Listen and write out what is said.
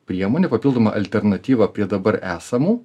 priemonė papildoma alternatyva apie dabar esamų